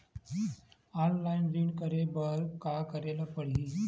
Online ऋण करे बर का करे ल पड़हि?